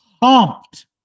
pumped